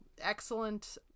excellent